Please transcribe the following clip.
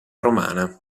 romana